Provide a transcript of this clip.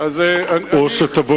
או שתבוא